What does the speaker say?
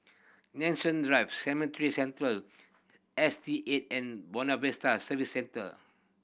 Nanson Drives Cemetry Central S T Eight and Buona Vista Service Centre